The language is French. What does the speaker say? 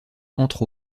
entre